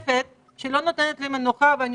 יש לי שאלה נוספת שלא נותנת לי מנוחה ואני